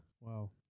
Wow